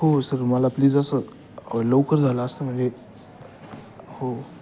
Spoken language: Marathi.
हो सर मला प्लीज असं लवकर झालं असतं म्हणजे हो